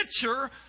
picture